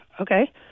okay